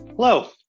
Hello